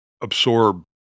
absorb